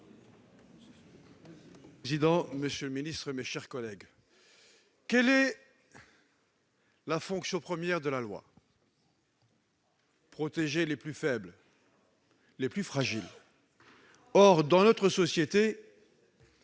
Monsieur le président, monsieur le ministre, mes chers collègues, quelle est la fonction première de la loi ? Protéger les plus faibles, les plus fragiles ! Or dans notre société,